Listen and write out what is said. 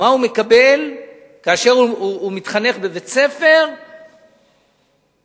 מה הוא מקבל כאשר הוא מתחנך בבית-ספר בשכונה